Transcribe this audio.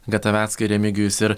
gataveckai remigijus ir